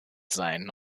sein